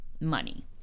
money